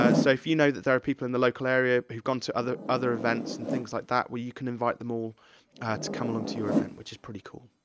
so, if you know that there are people in the local area who've gone to other other events, and things like that, well you can invite them all to come along to your event, which is pretty cool.